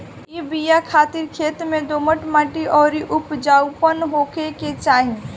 इ बिया खातिर खेत में दोमट माटी अउरी उपजाऊपना होखे के चाही